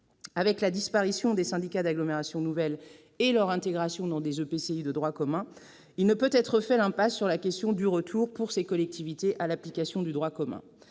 Avec la disparition des syndicats d'agglomération nouvelle et leur intégration dans des EPCI de droit commun, il ne peut être fait l'impasse sur la question du retour, pour ces collectivités, à l'application du droit commun.